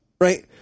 right